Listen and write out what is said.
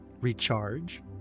recharge